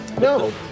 No